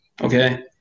Okay